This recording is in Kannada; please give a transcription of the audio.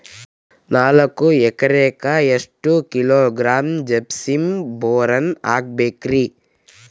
ನಾಲ್ಕು ಎಕರೆಕ್ಕ ಎಷ್ಟು ಕಿಲೋಗ್ರಾಂ ಜಿಪ್ಸಮ್ ಬೋರಾನ್ ಹಾಕಬೇಕು ರಿ?